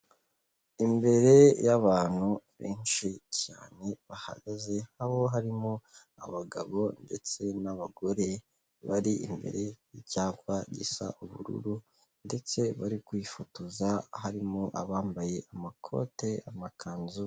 Imbere y'abantu benshi cyane bahagaze, aho harimo abagabo ndetse n'abagore, bari imbere y'icyapa gisa ubururu ndetse bari kwifotoza, harimo abambaye amakote, amakanzu.